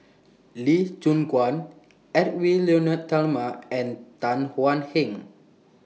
Lee Choon Guan Edwy Lyonet Talma and Tan Thuan Heng